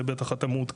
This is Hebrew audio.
על זה בטח אתה מעודכן,